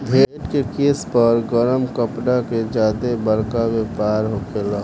भेड़ के केश पर गरम कपड़ा के ज्यादे बरका व्यवसाय होखेला